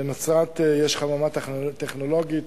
בנצרת יש חממה טכנולוגית